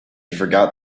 forgot